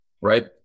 right